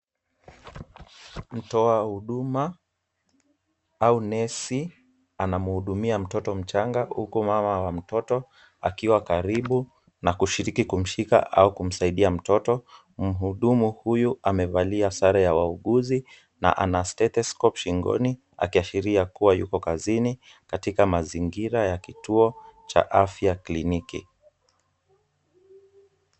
Mtoa huduma au nesi, anamhudumia mtoto mchanga, huku mama wa mtoto akiwa karibu na kushiriki kumshika au kumsaidia mtoto. Mhudumu huyu amevalia sare ya wauguzi na ana stethoscope shingoni, akiashiria kuwa yuko kazini katika mazingira ya kituo cha afya ya kliniki.